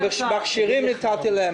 מכשירים נתתי להם.